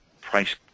price